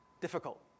difficult